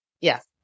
yes